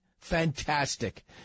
Fantastic